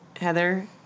Heather